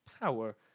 power